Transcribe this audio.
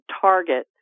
target